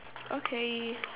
okay